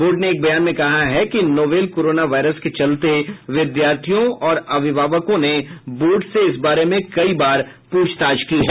board ने एक बयान में कहा कि नोवेल कोरोना वायरस के चलते विद्यार्थियों और अभिभावकों ने बोर्ड से इस बारे में कई बार पूछताछ की है